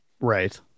Right